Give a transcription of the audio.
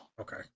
Okay